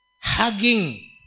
hugging